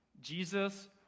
Jesus